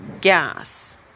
gas